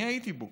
אני הייתי בו